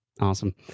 Awesome